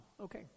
Okay